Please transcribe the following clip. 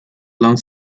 along